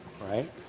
right